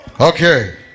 okay